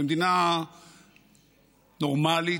במדינה נורמלית,